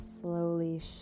slowly